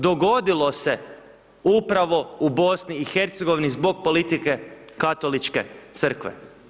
Dogodilo se upravo u BIH zbog politike Katoličke crkve.